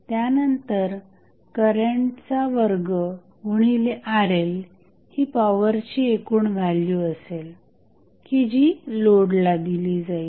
त्यानंतर करंटचा वर्ग गुणिले RL ही पॉवर ची एकूण व्हॅल्यू असेल की जी लोडला दिली जाईल